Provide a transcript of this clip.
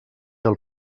els